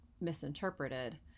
misinterpreted